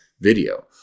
video